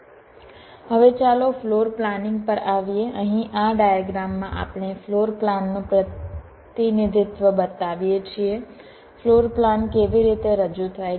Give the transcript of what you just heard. હવે ચાલો ફ્લોરપ્લાનિંગ પર આવીએ અહીં આ ડાયગ્રામમાં આપણે ફ્લોરપ્લાન નું પ્રતિનિધિત્વ બતાવીએ છીએ ફ્લોરપ્લાન કેવી રીતે રજૂ થાય છે